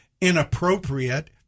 inappropriate